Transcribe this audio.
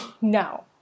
no